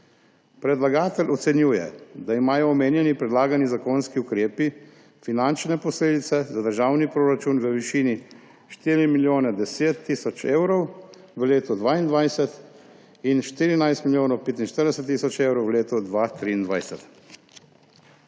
Predlagatelj ocenjuje, da imajo omenjeni predlagani zakonski ukrepi finančne posledice za državni proračun v višini 4 milijone 10 tisoč evrov v letu 2022 in 14 milijonov 45 tisoč evrov v letu 2023.